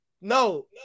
No